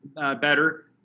better